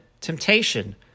temptation